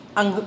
ang